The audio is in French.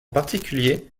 particulier